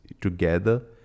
together